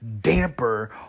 damper